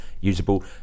usable